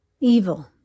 evil